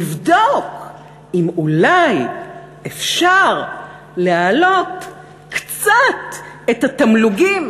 לבדוק אם אולי אפשר להעלות קצת את התמלוגים